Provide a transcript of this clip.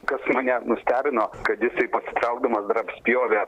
kas mane nustebino kad jisai pasitraukdamas dar apspjovė